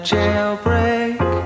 jailbreak